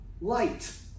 light